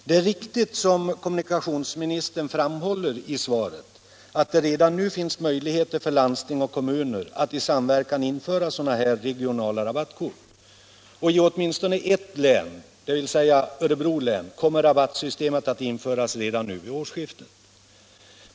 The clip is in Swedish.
Det är riktigt som kommunikationsministern framhåller i svaret att det redan nu finns möjligheter för landsting och kommuner att i samverkan införa sådana här regionala rabattkort. I Örebro län kommer rabattsystemet att införas redan nu vid årsskiftet.